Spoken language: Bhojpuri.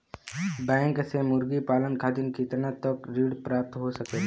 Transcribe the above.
बैंक से मुर्गी पालन खातिर कितना तक ऋण प्राप्त हो सकेला?